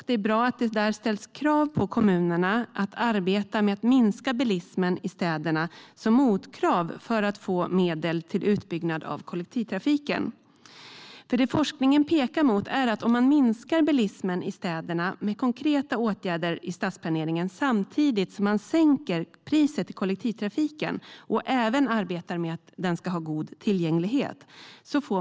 Det är bra att det där ställs krav på kommunerna att arbeta med att minska bilismen i städerna som motkrav för att få medel till utbyggnad av kollektivtrafiken. Forskningen pekar mot att man får en kraftig överföring från bilåkande till kollektivtrafik om man minskar bilismen i städerna med konkreta åtgärder i stadsplaneringen samtidigt som man sänker priset i kollektivtrafiken och även arbetar med att den ska ha god tillgänglighet.